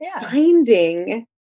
finding